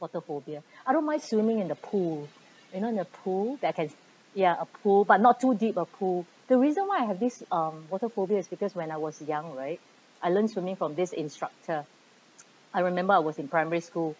water phobia I don't mind swimming in the pool you know the pool that I can ys a pool but not too deep a pool the reason why I have this um water phobia is because when I was young right I learn swimming from this instructor I remember I was in primary school